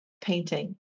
painting